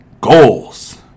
goals